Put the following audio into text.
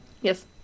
Yes